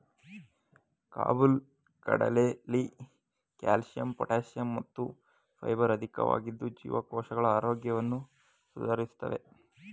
ಕಾಬುಲ್ ಕಡಲೆಲಿ calcium potassium ಮತ್ತು fibre ಅಧಿಕವಾಗಿದ್ದು ಜೀವಕೋಶಗಳ ಆರೋಗ್ಯವನ್ನು ಸುಧಾರಿಸ್ತದೆ